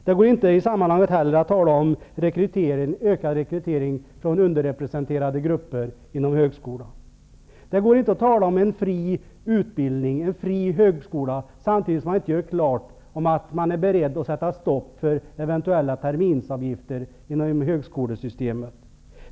Det går inte att i det sammanhanget tala om ökad rekrytering från underrepresenterade grupper inom högskolan. Det går inte att tala om en fri utbildning och fri högskola, samtidigt som man inte gör klart att man är beredd att sätta stopp för eventuella terminsavgifter inom högskolesystemet.